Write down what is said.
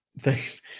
Thanks